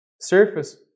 Surface